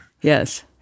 Yes